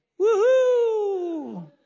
Woohoo